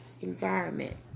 environment